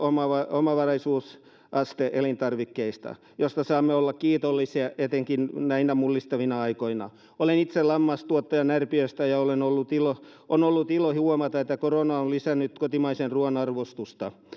omavaraisuusaste elintarvikkeissa mistä saamme olla kiitollisia etenkin näinä mullistavina aikoina olen itse lammastuottaja närpiöstä ja on ollut ilo huomata että korona on lisännyt kotimaisen ruoan arvostusta